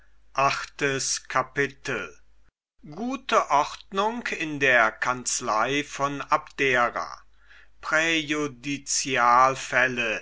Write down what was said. kapitel gute ordnung in der kanzlei von abdera